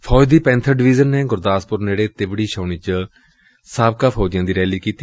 ਫੌਜ ਦੀ panther division ਨੇ ਗੁਰਦਾਸਪੁਰ ਨੇੜੇ ਤਿਬੜੀ ਛਾਉਣੀ ਚ ਸਾਬਕਾ ਫੌਜੀਆਂ ਦੀ ਰੈਲੀ ਕੀਤੀ